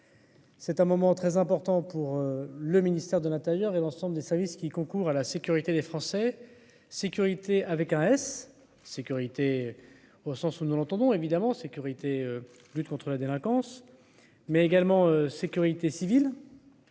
c'est un moment très important pour le ministère de l'Intérieur et l'ensemble des services qui concourent à la sécurité des Français sécurité avec un S sécurité au sens où nous l'entendons évidemment, sécurité, lutte contre la délinquance mais également sécurité civile.